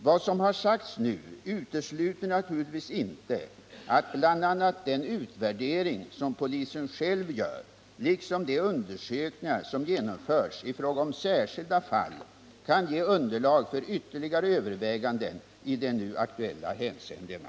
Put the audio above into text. Vad som har sagts nu utesluter naturligtvis inte att bl.a. den utvärdering som polisen själv gör, liksom de undersökningar som genomförs i fråga om särskilda fall, kan ge underlag för ytterligare överväganden i de nu aktuella hänseendena.